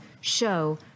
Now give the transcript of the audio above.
show